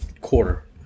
quarter